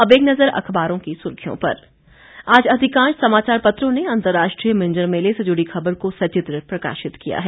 अब एक नजर अखबारों की सुर्खियों पर आज अधिकांश समाचार पत्रों ने अंतर्राष्ट्रीय मिंजर मेले से जुड़ी खबर को सचित्र प्रकाशित किया है